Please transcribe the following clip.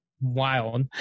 wild